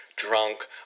drunk